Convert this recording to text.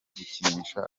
gukinisha